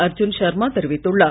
அர்ஜுன் சர்மா தெரிவித்துள்ளார்